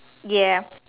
ya